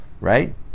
Right